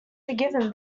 forgiven